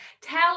tell